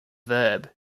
verb